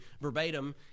verbatim